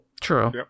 True